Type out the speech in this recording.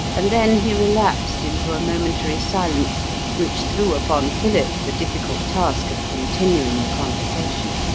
and then he relapsed into a momentary silence which threw upon philip the difficult task of continuing the conversation.